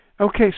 Okay